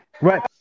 right